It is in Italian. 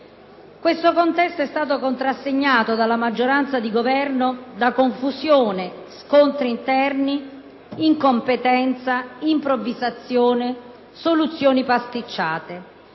Questo contesto è stato contrassegnato nella maggioranza di Governo da confusione, scontri interni, incompetenza, improvvisazione, soluzioni pasticciate.